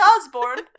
Osborne